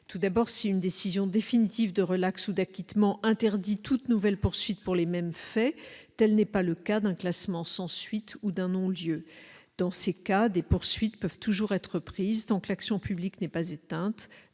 Si une telle décision définitive de relaxe ou d'acquittement interdit toute nouvelle poursuite pour les mêmes faits, tel n'est pas le cas d'un classement sans suite ou d'un non-lieu. En effet, les poursuites peuvent toujours être entreprises tant que l'action publique n'est pas éteinte,